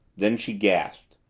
then she gasped.